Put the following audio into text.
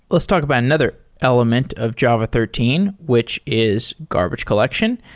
let's talk about another element of java thirteen, which is garbage collection.